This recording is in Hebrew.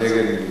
מי נגד?